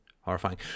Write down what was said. horrifying